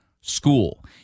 School